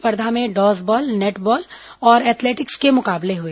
स्पर्धा में dodgeball netball और एथलेटिक्स के मुकाबले हुए